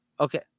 Okay